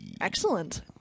Excellent